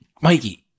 Mikey